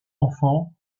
enfants